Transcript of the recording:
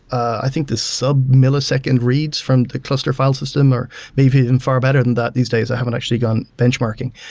i think the sub-millisecond reads from the cluster file system or maybe even far better than that these days. i haven't actually gone benchmarking.